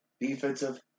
defensive